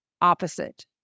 opposite